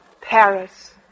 Paris